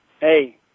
Hey